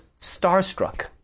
starstruck